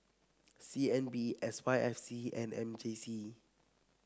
C N B S Y F C and M J C